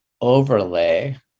overlay